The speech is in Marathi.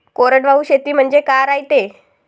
कोरडवाहू शेती म्हनजे का रायते?